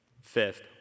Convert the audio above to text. Fifth